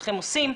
כך.